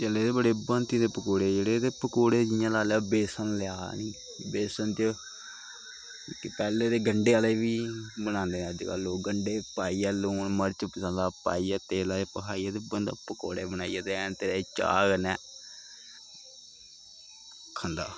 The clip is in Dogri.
चले दे गै बड़े भांति दे पकौड़े जेह्ड़े ते पकौड़े जियां लाई लैओ बेसन लेआ बेसन ते पैह्ले ते गंढे आह्ले बी बनांदे हे अज्जकल लोक गंढे पाइयै लून मर्च मसाला पाइयै तेला च भखाइयै ते बंदा पकौड़े बनाइयै ते हैं तेरे चाह् कन्नै खंदा